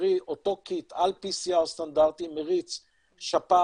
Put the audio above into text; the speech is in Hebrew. קרי אותו קיט על PCR סטנדרטי מריץ שפעת,